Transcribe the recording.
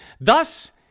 Thus